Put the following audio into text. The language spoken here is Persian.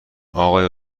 اقای